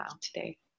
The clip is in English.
today